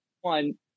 one